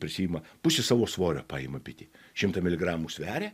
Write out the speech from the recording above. prisiima pusę savo svorio paima bitė šimtą miligramų sveria